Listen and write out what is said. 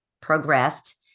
progressed